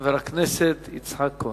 חבר הכנסת יצחק כהן.